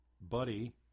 buddy